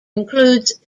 includes